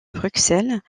bruxelles